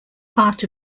part